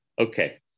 Okay